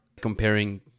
comparing